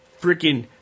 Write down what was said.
freaking